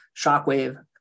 shockwave